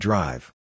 Drive